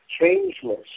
changeless